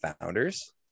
founders